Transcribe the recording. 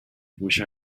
wish